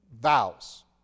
vows